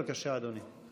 בבקשה, אדוני.